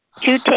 two